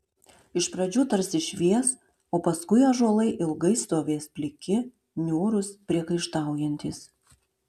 iš pradžių tarsi švies o paskui ąžuolai ilgai stovės pliki niūrūs priekaištaujantys